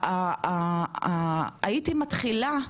הייתי מתחילה,